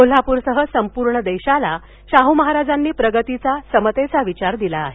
कोल्हाप्रसह संपूर्ण देशाला शाहू महाराजांनी प्रगतीचासमतेचा विचार दिला आहे